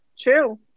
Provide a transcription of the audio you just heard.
true